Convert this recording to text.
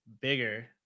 bigger